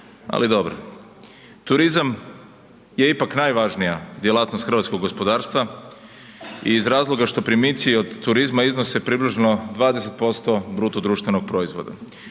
ali dobro. Turizma je ipak najvažnija djelatnost hrvatskog gospodarstva iz razloga što primici od turizma iznose približno 20% BDP-a, a doprinos